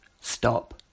Stop